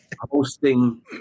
hosting